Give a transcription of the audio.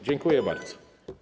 Dziękuję bardzo.